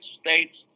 States